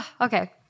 Okay